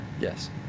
yes